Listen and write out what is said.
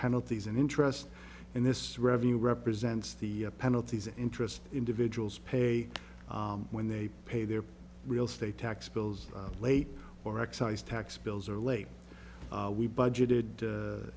penalties and interest and this revenue represents the penalties interest individuals pay when they pay their real estate tax bills late or excise tax bills are late we budgeted